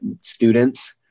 students